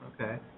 Okay